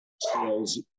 sales